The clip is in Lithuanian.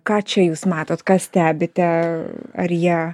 ką čia jūs matot ką stebite ar jie